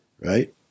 right